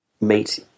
meet